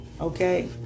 Okay